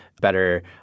better